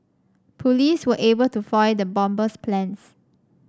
police were able to foil the bomber's plans